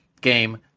game